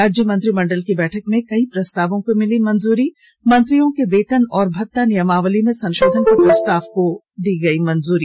राज्य मंत्रिमंडल की बैठक में कई प्रस्तावों को मिली मंजूरी मंत्रियों के वेतन और भत्ता नियमावली में सं ोधन के प्रस्ताव को मंजूरी